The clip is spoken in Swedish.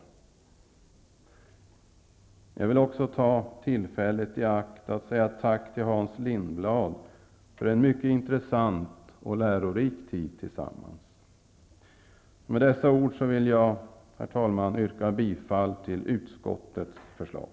Jag vill också ta tillfället i akt att säga tack till Hans Lindblad för en mycket intressant och lärorik tid tillsammans. Med dessa ord vill jag, herr talman, yrka bifall till utskottets förslag.